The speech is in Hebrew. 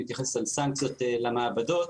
שמתייחס לסנקציות למעבדות.